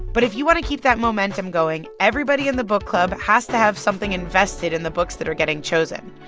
but if you want to keep that momentum going, everybody in the book club has to have something invested in the books that are getting chosen.